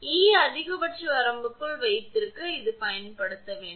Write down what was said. E அதிகபட்சத்தை வரம்பிற்குள் வைத்திருக்க இது பயன்படுத்தப்பட வேண்டும்